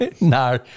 No